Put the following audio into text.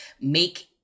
make